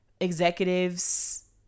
executives